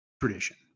tradition